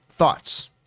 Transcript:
Thoughts